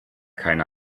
keine